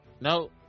No